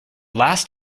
last